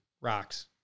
Rocks